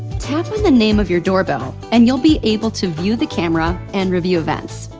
tap on the name of your doorbell and you'll be able to view the camera and review events.